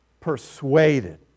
Persuaded